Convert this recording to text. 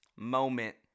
moment